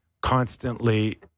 constantly